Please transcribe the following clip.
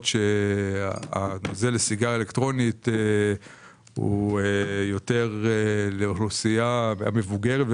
שהנוזל לסיגריה אלקטרונית הוא יותר לאוכלוסייה המבוגרת,